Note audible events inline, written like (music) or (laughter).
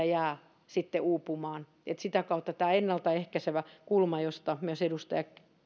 (unintelligible) jää sitten uupumaan että sitä kautta tämä ennalta ehkäisevä kulma josta myös edustaja